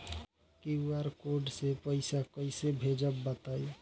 QR code से पईसा कईसे भेजब बताई?